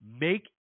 Make